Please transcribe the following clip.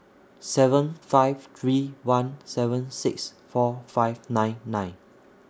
seven five three one seven six four five nine nine